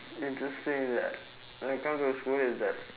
interesting that when I come to school it's that